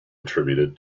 attributed